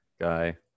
guy